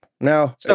Now